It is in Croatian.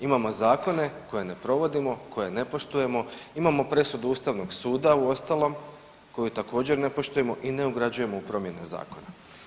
Imamo zakone koje ne provodimo, koje ne poštujemo, imamo presudu ustavnog suda uostalom koju također ne poštujemo i ne ugrađujemo u promjene zakona.